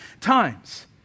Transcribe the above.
times